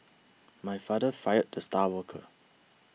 my father fired the star worker